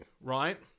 right